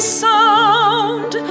sound